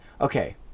okay